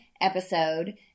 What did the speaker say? episode